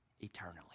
eternally